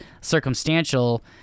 circumstantial